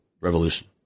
revolution